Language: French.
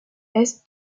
est